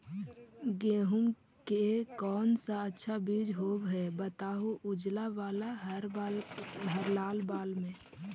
गेहूं के कौन सा अच्छा बीज होव है बताहू, उजला बाल हरलाल बाल में?